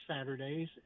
Saturdays